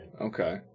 Okay